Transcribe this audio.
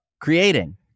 creating